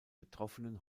betroffenen